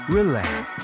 relax